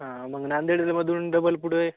हा मग नांदेडमधून डबल पुढं आहे